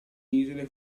isole